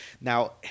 Now